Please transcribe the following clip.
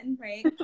right